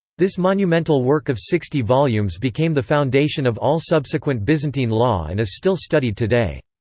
this monumental work of sixty volumes became the foundation of all subsequent byzantine law and is still studied today.